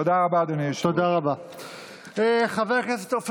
תודה רבה, אדוני היושב-ראש.